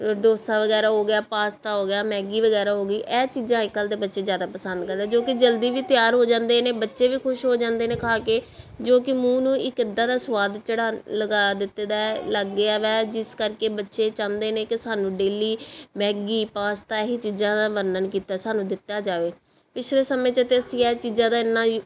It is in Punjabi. ਡੋਸਾ ਵਗੈਰਾ ਹੋ ਗਿਆ ਪਾਸਤਾ ਹੋ ਗਿਆ ਮੈਗੀ ਵਗੈਰਾ ਹੋ ਗਈ ਇਹ ਚੀਜ਼ਾਂ ਅੱਜ ਕੱਲ ਦੇ ਬੱਚੇ ਜ਼ਿਆਦਾ ਪਸੰਦ ਕਰਦੇ ਜੋ ਕਿ ਜਲਦੀ ਵੀ ਤਿਆਰ ਹੋ ਜਾਂਦੇ ਨੇ ਬੱਚੇ ਵੀ ਖੁਸ਼ ਹੋ ਜਾਂਦੇ ਨੇ ਖਾ ਕੇ ਜੋ ਕਿ ਮੂੰਹ ਨੂੰ ਇੱਕ ਇੱਦਾਂ ਦਾ ਸਵਾਦ ਚੜ੍ਹਾ ਲਗਾ ਦਿੱਤੇ ਦਾ ਹੈ ਲੱਗ ਗਿਆ ਹੈ ਜਿਸ ਕਰਕੇ ਬੱਚੇ ਚਾਹੁੰਦੇ ਨੇ ਕਿ ਸਾਨੂੰ ਡੇਲੀ ਮੈਗੀ ਪਾਸਤਾ ਇਹ ਚੀਜ਼ਾਂ ਦਾ ਵਰਣਨ ਕੀਤਾ ਸਾਨੂੰ ਦਿੱਤਾ ਜਾਵੇ ਪਿਛਲੇ ਸਮੇਂ 'ਚ ਤਾਂ ਅਸੀਂ ਇਹ ਚੀਜ਼ਾਂ ਦਾ ਇੰਨਾ